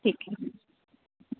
ठीक आहे